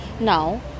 Now